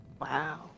Wow